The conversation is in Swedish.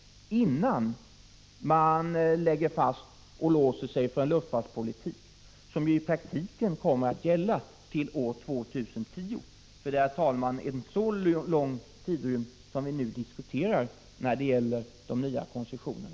1985/86:52 Detta bör man göra innan man lägger fast och låser sig för en luftfartspolitik, 16 december 1985 somi praktiken kommer att gälla till år 2010. Det är en avsevärd tidrymd som > 3 Kd ä äl Om ökad konkurrens vi nu diskuterar när det gäller de nya koncessionerna.